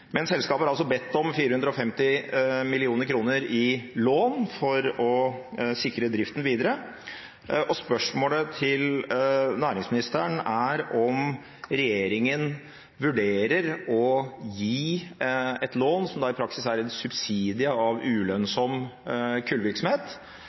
Selskapet har altså bedt om 450 mill. kr i lån for å sikre driften videre. Spørsmålet til næringsministeren er om regjeringen vurderer å gi et lån som i praksis er en subsidie av ulønnsom kullvirksomhet,